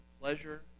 pleasure